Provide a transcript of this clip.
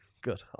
Good